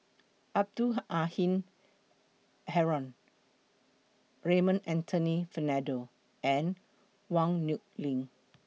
Abdul Halim Haron Raymond Anthony Fernando and Yong Nyuk Lin